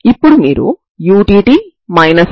ఈ విధంగా మీరు λ0 పెడితే Xx0 అవుతుంది